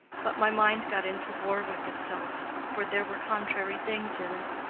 but my mind got into war with itself, for there were contrary things in it.